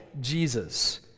Jesus